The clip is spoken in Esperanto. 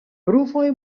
pruvoj